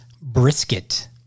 brisket